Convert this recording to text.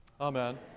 amen